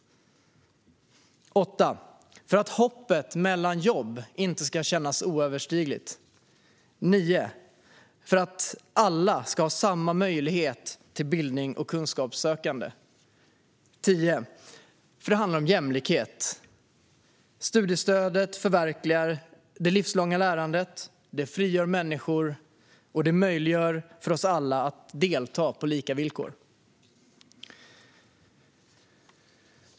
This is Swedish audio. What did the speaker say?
För att hoppet mellan jobb inte ska kännas oöverstigligt. För att alla ska ha samma möjlighet till bildning och kunskapssökande. För att det handlar om jämlikhet. Studiestödet förverkligar det livslånga lärandet, frigör människor och möjliggör för oss alla att delta på lika villkor.